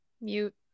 mute